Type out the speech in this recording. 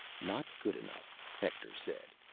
not good enough, hector said.